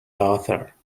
daughter